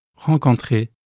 rencontrer